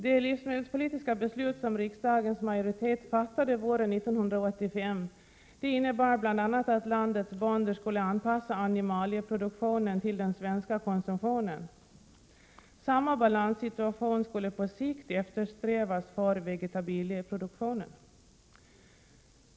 Det livsmedelspolitiska beslut som riksdagens majoritet fattade våren 1985 innebar bl.a. att landets bönder skulle anpassa animalieproduktionen till den svenska konsumtionen. Samma balanssituation skulle på sikt eftersträvas för vegetabilieproduktionen.